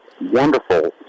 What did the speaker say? wonderful